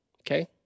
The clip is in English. Okay